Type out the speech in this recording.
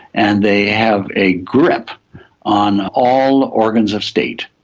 and they have a grip on all organs of state,